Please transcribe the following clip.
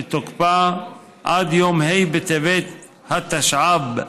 שתוקפה עד יום ה' בטבת התשע"ב,